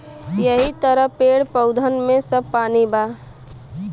यहि तरह पेड़, पउधन सब मे पानी बा